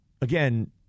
again